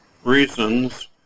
reasons